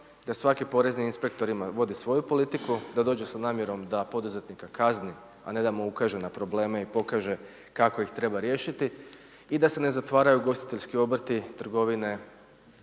da svaki porezni inspektor vodi svoju politiku, da dođe sa namjerom da poduzetnika kazni a ne da mu ukaže na probleme i pokaže kako ih treba riješiti i da se ne zatvaraju ugostiteljski obrti, trgovine